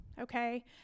okay